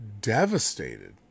devastated